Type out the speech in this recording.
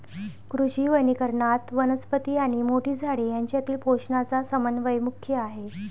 कृषी वनीकरणात, वनस्पती आणि मोठी झाडे यांच्यातील पोषणाचा समन्वय मुख्य आहे